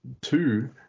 two